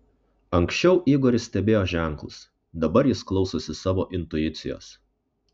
anksčiau igoris stebėjo ženklus dabar jis klausosi savo intuicijos